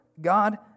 God